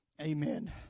Amen